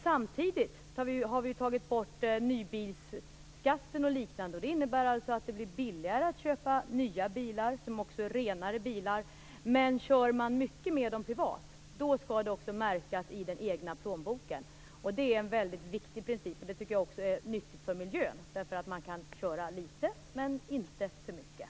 Samtidigt har vi tagit bort nybilsskatten och liknande, och det innebär att det blir billigare att köpa nya bilar, som också är renare bilar. Men kör man mycket med dem privat skall det också märkas i den egna plånboken. Det är en väldigt viktig princip, och det tycker jag också är nyttigt för miljön. Man kan köra litet, men inte för mycket.